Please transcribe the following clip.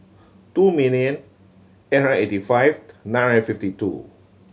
two million eight hundred eighty five nine hundred fifty two